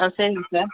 ஆ சரிங்க சார்